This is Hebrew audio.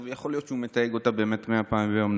יכול להיות שהוא באמת מתייג אותה מאה פעמים ביום.